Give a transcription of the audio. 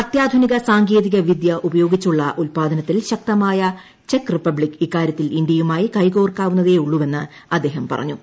അത്യാധുനിക സാങ്കേതിക വിദ്യ ഉപയോഗിച്ചുള്ള ഉത്പാദനത്തിൽ ശക്തമായ ചെക്ക് റിപ്പബ്ലിക് ഇക്കാര്യത്തിൽ ഇന്ത്യയുമായി കൈകോർക്കാവുന്നതേയുള്ളൂവെന്ന് അദ്ദേഹം പറഞ്ഞു